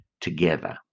together